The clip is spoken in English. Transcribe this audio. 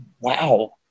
wow